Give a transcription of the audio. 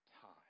time